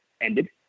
ended